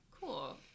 cool